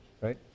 right